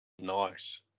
nice